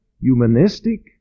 humanistic